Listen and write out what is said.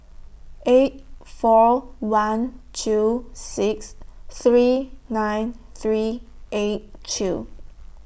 eight four one two six three nine three eight two